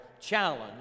challenge